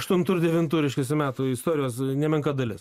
aštuntų ir devintų reiškiasi metų istorijos nemenka dalis